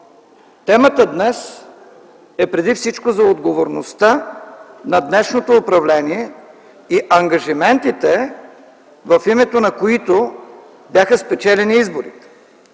Темата днес е преди всичко за отговорността на днешното управление и ангажиментите, в името на които бяха спечелени изборите.